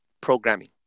programming